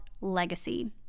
legacy